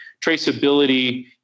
traceability